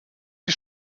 die